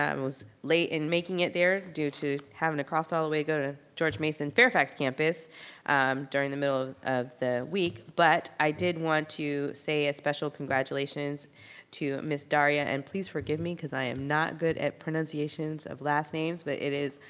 um was late in making it there due to having to cross all the way and go to george mason fairfax campus during the middle of the week. but i did want to say a special congratulations to miss daria, and please for give me because i am not good at pronunciations of last names but it is